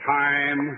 time